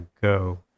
go